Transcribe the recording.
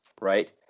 right